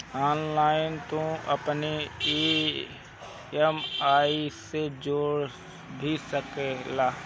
online तू अपनी EMI के जोड़ भी सकेला